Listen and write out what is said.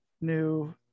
new